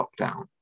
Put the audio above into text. lockdown